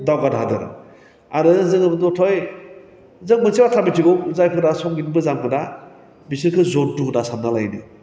दावगानो हादों आरो जोङो दथै जों मोनसे बाथ्रा मिथिगौ जायफोरा संगित मोजां मोना बिसोरखौ जुध्दु होन्ना सान्ना लायोनो